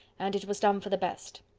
and it was done for the best.